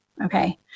Okay